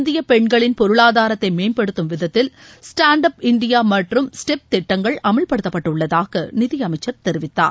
இந்திய பெண்களின் பொருளாதாரத்தை மேம்படுத்தும் விதத்தில் ஸ்டாண்ட் அப் இந்தியா மற்றும் ஸ்டெப் திட்டங்கள் அமல்படுத்தப்பட்டுள்ளதாக நிதியமைச்சர் தெரிவித்தார்